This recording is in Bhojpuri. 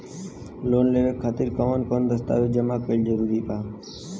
लोन लेवे खातिर कवन कवन दस्तावेज जमा कइल जरूरी बा?